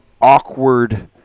awkward